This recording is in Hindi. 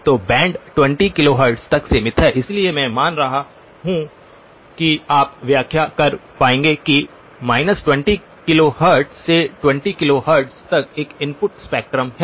तो बैंड 20 किलोहर्ट्ज़ तक सीमित है इसलिए मैं मान रहा हूं कि आप व्याख्या कर पाएंगे कि 20 किलो हर्ट्ज़ से 20 किलो हर्ट्ज़ तक एक इनपुट स्पेक्ट्रम है